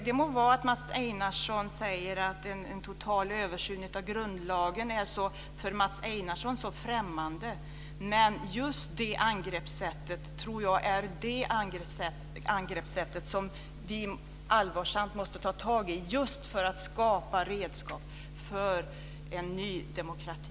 Det må vara att Mats Einarsson säger att en total översyn av grundlagen är så främmande för Mats Einarsson, men jag tror att det är det angreppsätt som vi allvarsamt måste ta tag i för att skapa redskap för en ny demokrati.